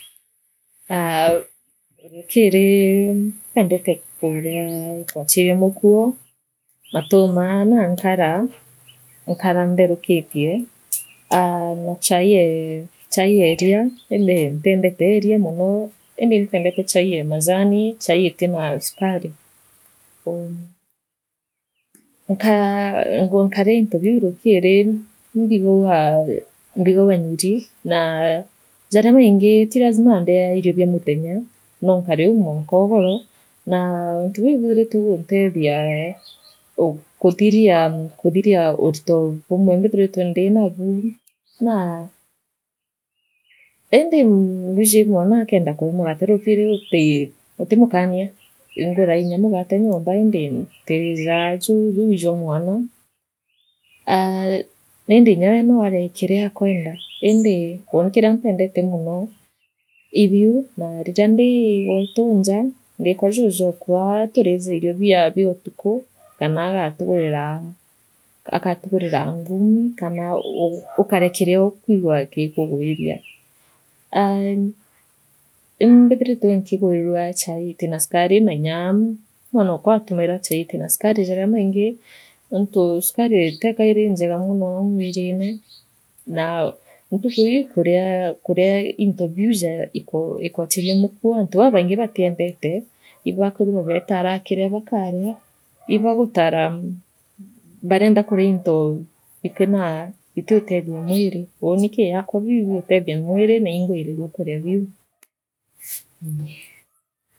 Aa ruukiri mpendete mpendete kuria ikwa chii bia mukuo matuma naa nkara nkara ntherukitie aa na chaii yeo yeeria indi ntiendetera mono indi impendente chai ee majani chai itira sukari ou nkaa nkaria intu biu nukiri mbigagua mbigagua nyiri naa jaria maingi ti lazima ndia ino bia muthenya noonkareou mwankogoro naa nainto biu ibiithiritue guntethia u kuthiria unto bumwe mbithirite ndinabu naa indi nwiiji mwanakenda kuria mugate nukiri utii utiimu kania inguraa nya mugate nyomba indi ntirijaa juu juu ii jwa mwana aa indi inyawe no arie kiriakwenda indi kiria mpendete mono i biu na ririria ndi gwetu njaa ndii kwa juuju okwa turijaa irio bia irio biotuku kanaagatugurira agatugurira ngumii kanaa u ukaria kiria ukwigua giikugwiria aa i imbithiritwe nkigwirua chai itira sukari naanyaa mwanookwa atumaira chai itina sukari jariamuingi ontu sukari tekaa irii injega mono mwirire naa ntukuii kuria kuria into biu ja ikoo ikwacii bia mukuo antu babaingi batiendete ibakwithirwa beetara kiria baakaria ibaagutara barienda kuwa into bitina bitiutethia mwiri uni kiakwa biu ibiutethia mwiri naa iinkuria biu.